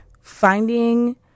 finding